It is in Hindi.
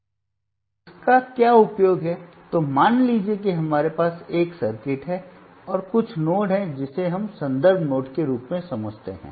अब इसका क्या उपयोग है तो मान लीजिए कि हमारे पास एक सर्किट है और कुछ नोड है जिसे हम संदर्भ नोड के रूप में समझते हैं